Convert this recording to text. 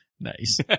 Nice